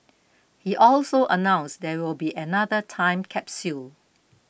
he also announced there will be another time capsule